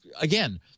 again